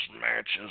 matches